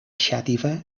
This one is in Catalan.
xàtiva